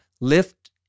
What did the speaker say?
lift